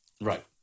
Right